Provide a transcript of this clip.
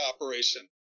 operation